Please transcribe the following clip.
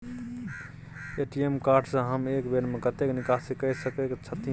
ATM card से हम एक बेर में कतेक निकासी कय सके छथिन?